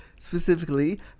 specifically